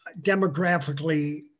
demographically